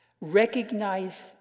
Recognize